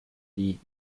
die